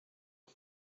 del